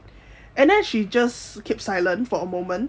and then she just kept silent for a moment